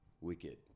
Wicked